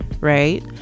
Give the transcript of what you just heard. right